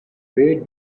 where